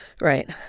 right